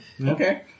Okay